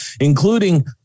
including